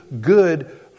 good